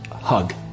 hug